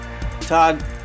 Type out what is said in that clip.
Todd